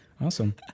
Awesome